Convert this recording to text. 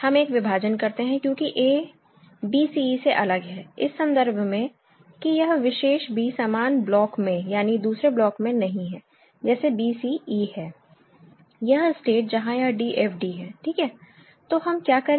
हम एक विभाजन करते हैं क्योंकि a b c e से अलग है इस संदर्भ में कि यह विशेष b समान ब्लॉक में यानी दूसरे ब्लॉक में नहीं है जैसे b c e है यह स्टेट जहां यह d f d है ठीक है तो हम क्या करें